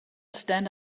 stand